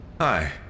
Hi